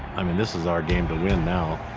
i mean, this is our game to win now.